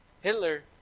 Hitler